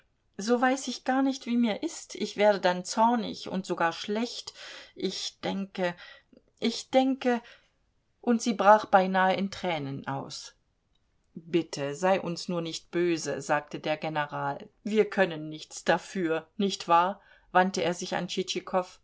so weiß ich gar nicht wie mir ist ich werde dann zornig und sogar schlecht ich denke ich denke und sie brach beinahe in tränen aus bitte sei uns nur nicht böse sagte der general wir können nichts dafür nicht wahr wandte er sich an